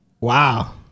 wow